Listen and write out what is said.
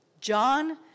John